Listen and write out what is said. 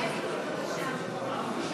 הצבעה שמית, בבקשה.